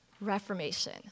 Reformation